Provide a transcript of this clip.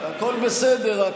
הכול בסדר,